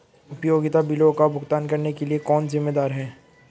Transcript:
उपयोगिता बिलों का भुगतान करने के लिए कौन जिम्मेदार है?